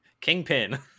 Kingpin